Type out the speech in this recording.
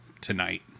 tonight